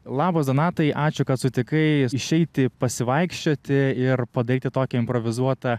labas donatai ačiū kad sutikai išeiti pasivaikščioti ir pabaigti tokį improvizuotą